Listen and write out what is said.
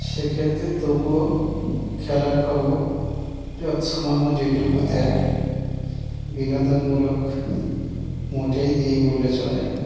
সেক্ষেত্রে তবুও খেলার খবর যৎসামান্য যেটুকু দেয় বিনোদনমূলক মোটেই নেই বললে চলে